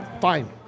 fine